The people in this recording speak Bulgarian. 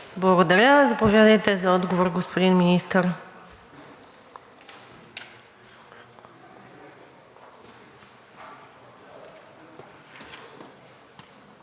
Благодаря. Заповядайте за отговор, господин Министър.